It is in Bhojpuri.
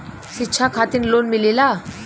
शिक्षा खातिन लोन मिलेला?